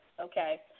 okay